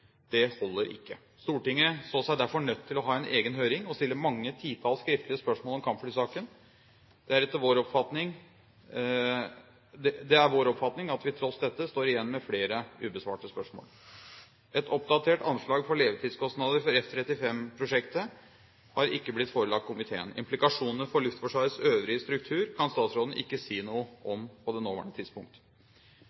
Det holder ikke. Stortinget så seg derfor nødt til å ha en egen høring og stille mange titalls skriftlige spørsmål om kampflysaken. Det er vår oppfatning at vi tross dette står igjen med flere ubesvarte spørsmål. Et oppdatert anslag for levetidskostnader for F-35-prosjektet har ikke blitt forelagt komiteen. Implikasjonene for Luftforsvarets øvrige struktur kan statsråden ikke si noe